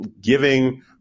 giving